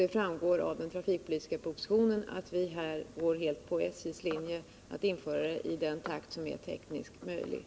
Det framgår av den trafikpolitiska propositionen att vi härvid helt följer SJ:s linje att införa dessa hjälpmedel i den takt som det är tekniskt möjligt.